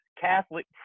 Catholic